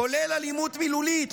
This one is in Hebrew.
כולל אלימות מילולית",